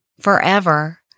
forever